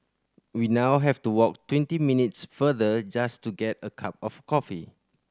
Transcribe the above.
we now have to walk twenty minutes farther just to get a cup of coffee